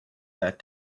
that